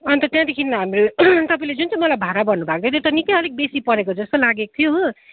अन्त त्यहाँदेखि हाम्रो तपाईँले जुन चाहिँ मलाई भाडा भन्नुभएको थियो त्यो त निकै अलिक बेसी परेको जस्तो लागेको थियो हो